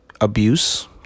abuse